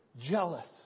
jealous